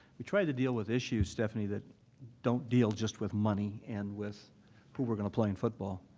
we try to deal with issues, stephanie, that don't deal just with money and with who we're going to play in football.